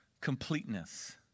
completeness